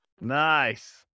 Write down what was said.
Nice